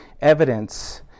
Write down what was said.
evidence